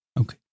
okay